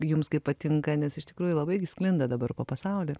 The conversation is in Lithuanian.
jums kaip patinka nes iš tikrųjų labai sklinda dabar po pasaulį